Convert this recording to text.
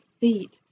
Seat